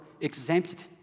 exempted